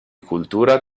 cultura